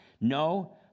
No